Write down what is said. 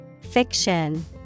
Fiction